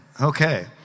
Okay